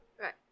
right